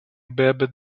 bebe